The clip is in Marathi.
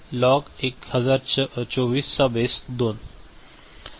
लॉग 1024 बेस 2 वर